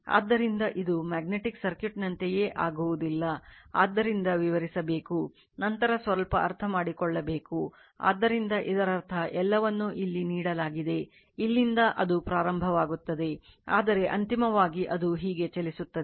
ಆದ್ದರಿಂದ ಇದು ಮ್ಯಾಗ್ನೆಟಿಕ್ ಸರ್ಕ್ಯೂಟ್ನಂತೆಯೇ ಆಗುವುದಿಲ್ಲ ಆದ್ದರಿಂದ ವಿವರಿಸಬೇಕು ನಂತರ ಸ್ವಲ್ಪ ಅರ್ಥಮಾಡಿಕೊಳ್ಳಬೇಕು ಆದ್ದರಿಂದ ಇದರರ್ಥ ಎಲ್ಲವನ್ನೂ ಇಲ್ಲಿ ನೀಡಲಾಗಿದೆ ಇಲ್ಲಿಂದ ಅದು ಪ್ರಾರಂಭವಾಗುತ್ತದೆ ಆದರೆ ಅಂತಿಮವಾಗಿ ಅದು ಹೀಗೆ ಚಲಿಸುತ್ತದೆ